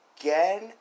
again